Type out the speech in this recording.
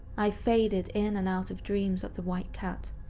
i faded in and out of dreams of the white cat,